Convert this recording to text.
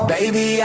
Baby